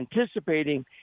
anticipating